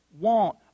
want